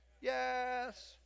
Yes